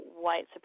white